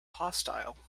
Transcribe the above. hostile